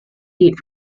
heat